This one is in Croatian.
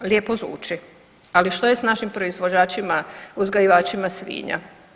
Lijepo zvuči, ali što je s našim proizvođačima uzgajivačima svinja?